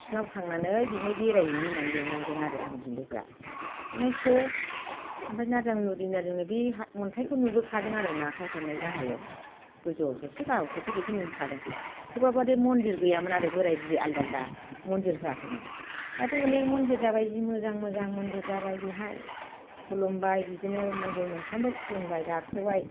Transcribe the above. बिसिनाव थांनानै बेहाय बेरायहैनि होननानै लेंलांदों आरो आंनि बिलोआ ओमफ्राय थ' ओमफ्राय नारजां बुरि नारजां बोराइ बे अन्थाइखौ नुबोखादों आरो नाख्लायहरनाय गाहायाव गोजौआव थरसे गाहायाव थरसे बेखौ नुबोखादों थेवबाबो बेबादि मन्दिर गैयामोन आरो बोराइ बुरिया आलदा आलदा मन्दिर होआखैमोन दाथ' अनेख मन्दिर जाबाय जि मोजां मोजां मन्दिर जाबाय बिहाय खुलुमबाय बिदिनो मन्दिर मोनफ्रोमबो खुलुमबाय गाखोबाय